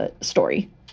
story